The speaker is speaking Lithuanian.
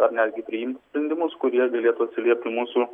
ar netgi priimti sprendimus kurie galėtų atsiliepti mūsų